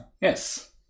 Yes